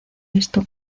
esto